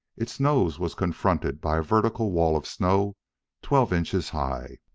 its nose was confronted by a vertical wall of snow twelve inches high.